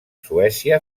suècia